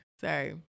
Sorry